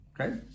Okay